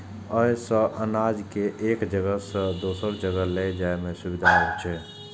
अय सं अनाज कें एक जगह सं दोसर जगह लए जाइ में सुविधा होइ छै